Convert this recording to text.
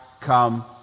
come